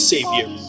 Savior